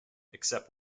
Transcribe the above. except